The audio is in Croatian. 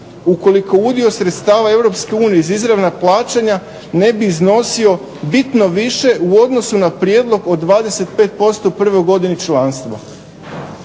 ukoliko udio sredstava Europske unije uz izravna plaćanja ne bi iznosio bitno više u odnosu na prijedlog od 25% prvoj godini članstva".